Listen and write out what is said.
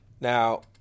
Now